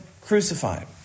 crucified